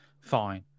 Fine